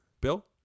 Bill